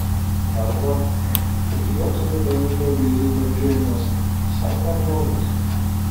arba kaip lietuvai emilio vėlyvio filmas visai neblogas